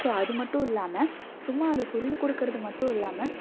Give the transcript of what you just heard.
so அது மட்டும் இல்லாமல் சும்மா அதை சொல்லிக்கொடுக்குறது மட்டும் இல்லாமல்